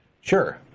Sure